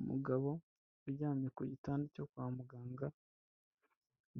Umugabo uryamye ku gitanda cyo kwa muganga,